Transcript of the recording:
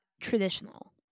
Traditional